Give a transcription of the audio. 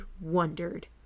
wondered